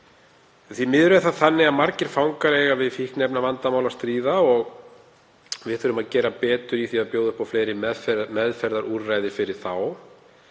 Því miður er það þannig að margir fangar eiga við fíkniefnavandamál að stríða og við þurfum að gera betur í því að bjóða upp á fleiri meðferðarúrræði fyrir þá.